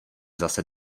zase